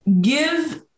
give